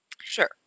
sure